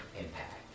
impact